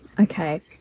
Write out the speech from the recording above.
Okay